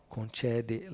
Concede